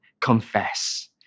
confess